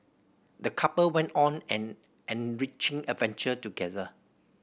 the couple went on an enriching adventure together